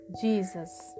Jesus